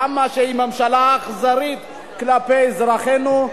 כמה שהיא ממשלה אכזרית כלפי אזרחינו.